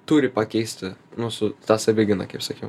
turi pakeisti nu su ta savigyna kaip sakiau